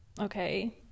okay